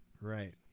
Right